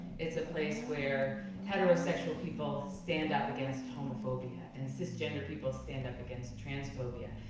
it's a place where heterosexual people stand up against homophobia, and cisgender people stand up against transphobia.